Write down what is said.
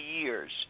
years